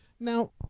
Now